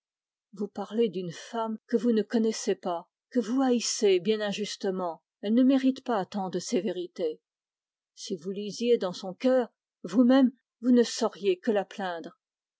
vous parlez d'une personne que vous ne connaissez pas que vous haïssez bien injustement elle ne mérite pas tant de sévérité si vous lisiez dans son cœur vousmême vous ne sauriez que la plaindre